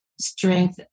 strength